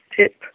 tip